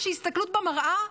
איזושהי הסתכלות במראה,